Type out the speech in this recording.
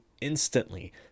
instantly